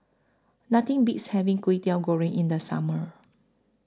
Nothing Beats having Kwetiau Goreng in The Summer